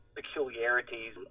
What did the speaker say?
peculiarities